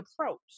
approach